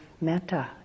metta